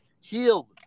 healed